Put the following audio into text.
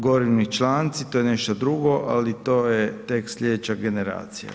Gorivni članci, to je nešto drugo ali to je tek slijedeća generacija.